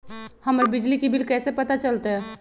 हमर बिजली के बिल कैसे पता चलतै?